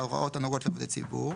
ההוראות הנוגעות לעובדי הציבור,